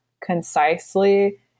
concisely